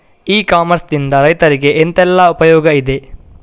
E commerce ನಿಂದ ರೈತರಿಗೆ ಎಂತೆಲ್ಲ ಉಪಯೋಗ ಇದೆ?